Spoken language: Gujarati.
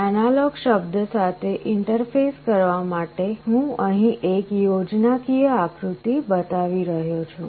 એનાલોગ શબ્દ સાથે ઇન્ટરફેસ કરવા માટે હું અહીં એક યોજનાકીય આકૃતિ બતાવી રહ્યો છું